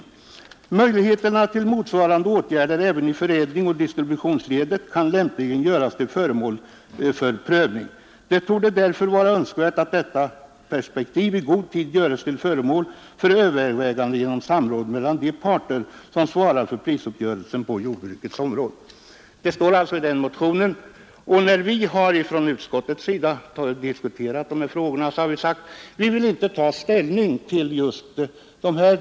Vidare säger ni: ”Möjligheterna till motsvarande åtgärder även i förädlingsoch distributionsledet kan lämpligen göras till föremål för prövning. Det torde därför vara önskvärt att detta perspektiv i god tid göres till föremål för övervägande genom samråd mellan de parter som svarar för prisuppgörelserna på jordbrukets område.” Utskottet har sagt att vi inte vill ta ställning till just dessa frågor.